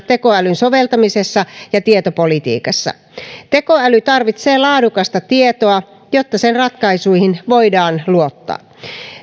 tekoälyn soveltamisessa ja tietopolitiikassa tekoäly tarvitsee laadukasta tietoa jotta sen ratkaisuihin voidaan luottaa